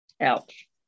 Ouch